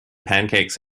pancakes